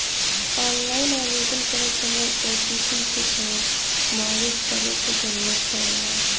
online आवेदन करत समय ओ.टी.पी से प्रमाणित करे क जरुरत पड़ला